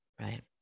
right